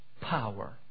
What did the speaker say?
power